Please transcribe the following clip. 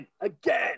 again